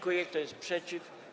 Kto jest przeciw?